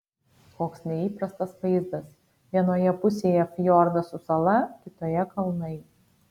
koks neįprastas vaizdas vienoje pusėje fjordas su sala kitoje kalnai